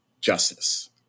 justice